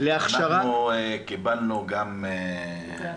להכשרה -- אנחנו קיבלנו גם -- אתם